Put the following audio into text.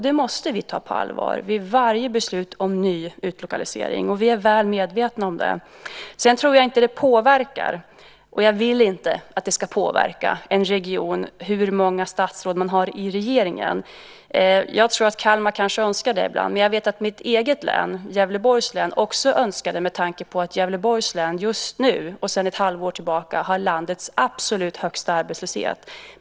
Detta måste vi vid varje beslut om ny utlokalisering ta på allvar. Vi är väl medvetna om det. Sedan tror jag inte att det påverkar - och jag vill inte heller att det ska påverka - en region hur många statsråd den har i regeringen. Jag tror att Kalmar ibland kanske önskar det. Men jag vet att mitt hemlän, Gävleborgs län, önskar det med tanke på att Gävleborgs län just nu, och sedan ett halvår tillbaka, har landets absolut högsta arbetslöshet.